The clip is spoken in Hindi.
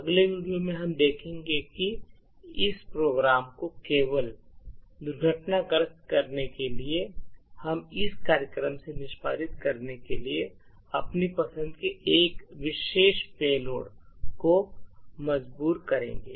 अगले वीडियो में हम देखेंगे कि इस कार्यक्रम को केवल दुर्घटनाग्रस्त करने के लिए हम इस कार्यक्रम से निष्पादित करने के लिए अपनी पसंद के एक विशेष पेलोड को मजबूर करेंगे